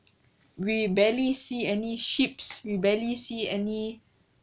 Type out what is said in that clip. we barely see any sheeps you barely see any